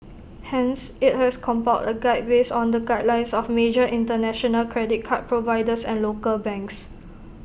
hence IT has compiled A guide based on the guidelines of major International credit card providers and local banks